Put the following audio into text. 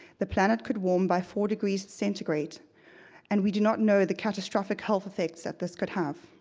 the planet could warm by four degrees centigrade and we do not know the catastrophic health effects that this could have.